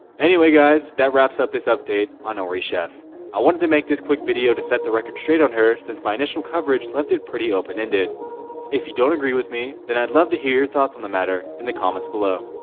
anyway guys that wraps up this update on orie chef i wanted to make this quick video to set the record straight on her since my initial coverage left it pretty open-ended if you don't agree with me then i'd love to hear your thoughts on the matter in the comments below